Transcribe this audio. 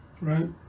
right